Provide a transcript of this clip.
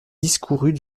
discourut